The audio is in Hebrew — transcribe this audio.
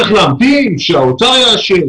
צריך להמתין שהאוצר יאשר,